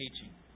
teaching